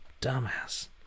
dumbass